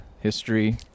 history